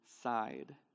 side